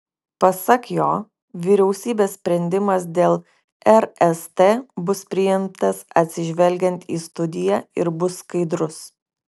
pasak jo vyriausybės sprendimas dėl rst bus priimtas atsižvelgiant į studiją ir bus skaidrus